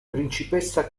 principessa